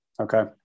Okay